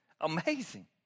Amazing